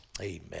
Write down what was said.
Amen